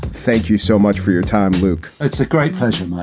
thank you so much for your time, luke. it's a great pleasure. ah